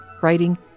writing